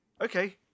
Okay